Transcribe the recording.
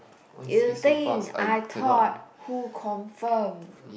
you think I thought who confirm